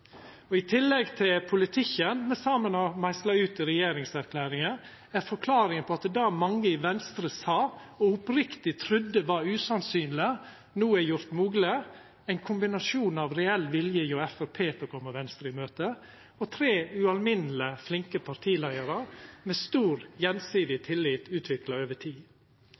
Framstegspartiet. I tillegg til politikken me saman har meisla ut i regjeringserklæringa, er forklaringa på det mange i Venstre sa og oppriktig trudde var usannsynleg, men no er gjort mogleg, ein kombinasjon av reell vilje hjå Framstegspartiet til å koma Venstre i møte, og tre ualminneleg flinke partileiarar med stor gjensidig tillit utvikla over tid.